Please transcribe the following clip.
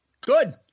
good